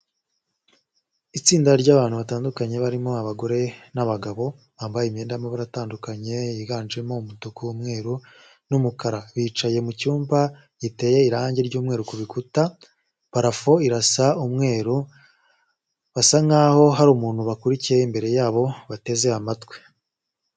Itsinda ry'abantu batandukanye barimo abagore n'abagabo, bambaye imyenda y'amabara atandukanye, higanjemo umutuku, umweru n'umukara, bicaye mu cyumba giteye irangi ry'umweru ku bikuta, parafo irasa umweru, basa nk'aho hari umuntu bakurikiye imbere yabo bateze amatwi.